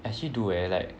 I actually do eh like